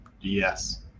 Yes